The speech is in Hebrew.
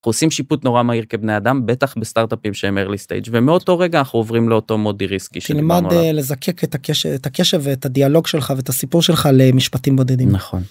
עושים שיפוט נורא מהיר כבני אדם בטח בסטארטאפים שהם Early stage ומאותו רגע אנחנו עוברים לאותו מודי ריסקי. תלמד לזקק את הקשב ואת הדיאלוג שלך ואת הסיפור שלך למשפטים בודדים.